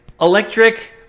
electric